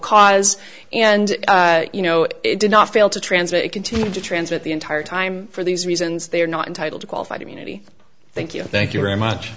cause and you know it did not fail to transmit continue to transmit the entire time for these reasons they are not entitled to qualified immunity thank you thank you very much